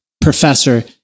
professor